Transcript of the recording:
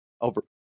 over